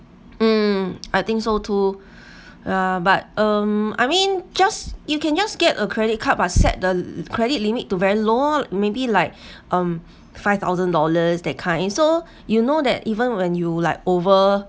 um I think so too yeah but um I mean just you can just get a credit card but set the credit limit to very low maybe like um five thousand dollars that kind and so you know that even when you like over